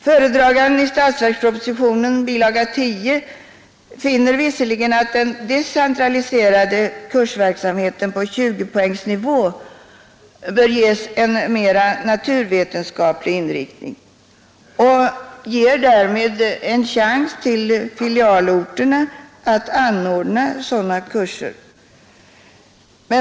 Föredraganden för statsverkspropositionens bilaga 10 finner visserligen att den decentraliserade kursverksamheten på 20-poängsnivå bör ges en mera naturvetenskaplig inriktning och ger därmed en chans till filialorterna att anordna sådana kurser.